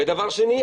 ודבר שני,